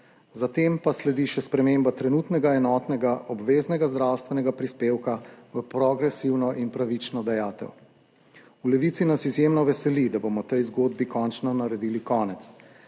Za tem pa sledi še sprememba trenutnega enotnega obveznega zdravstvenega prispevka v progresivno in pravično dajatev. V Levici nas izjemno veseli, da bomo tej zgodbi končno naredili konec.